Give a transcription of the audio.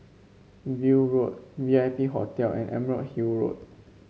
View Road V I P Hotel and Emerald Hill Road